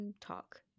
Talk